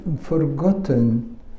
forgotten